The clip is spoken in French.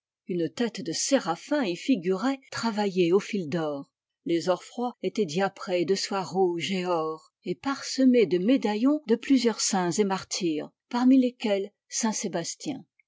une tête de séraphin y figurait travaillée au fil d'or les orfrois étaient diaprés de soie rouge et or et parsemés de médaillons de plusieurs saints et martyrs parmi lesquels